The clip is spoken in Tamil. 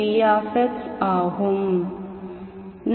v ஆகும்